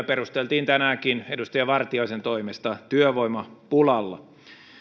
perusteltiin tänäänkin edustaja vartiaisen toimesta työvoimapulalla